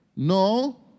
No